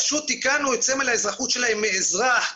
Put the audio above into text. פשוט תיקנו את סמל האזרחות שלהם מאזרח,